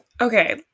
Okay